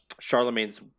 Charlemagne's